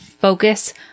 focus